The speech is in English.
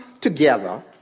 together